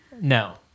No